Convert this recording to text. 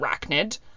arachnid